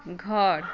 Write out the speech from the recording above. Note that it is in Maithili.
घर